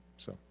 so.